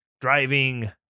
driving